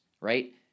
right